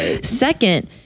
Second